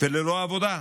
וללא עבודה,